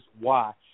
watch